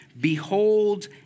Behold